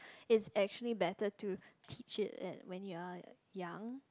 it's actually better to teach it that when you are young